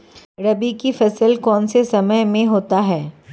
रबी की फसल कौन से मौसम में होती है?